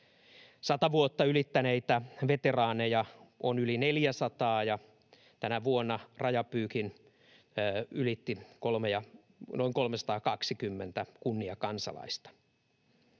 100 vuotta ylittäneitä veteraaneja on yli 400, ja tänä vuonna rajapyykin ylitti noin 320 kunniakansalaista.